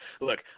Look